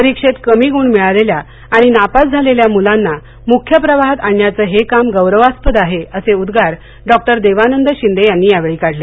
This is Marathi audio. परीक्षेत कमी गुण मिळालेल्या आणि नापास झालेल्या मुलांना मुख्य प्रवाहात आणण्याचं हे काम गौरवास्पद आहे असे उद्वार डॉक्टर देवानंद शिंदे यांनी यावेळी काढले